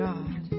God